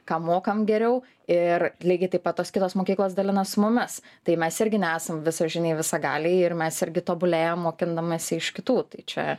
ką mokam geriau ir lygiai taip pat tos kitos mokyklos dalinas su mumis tai mes irgi nesam visažiniai visagaliai ir mes irgi tobulėjam mokydamiesi iš kitų čia